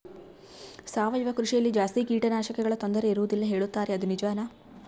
ಸಾವಯವ ಕೃಷಿಯಲ್ಲಿ ಜಾಸ್ತಿ ಕೇಟನಾಶಕಗಳ ತೊಂದರೆ ಇರುವದಿಲ್ಲ ಹೇಳುತ್ತಾರೆ ಅದು ನಿಜಾನಾ?